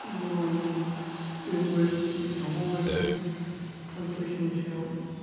बर'नि लेंगुवेसनि सायाव मावगासिनो ट्रानलेसननि सायाव